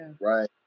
right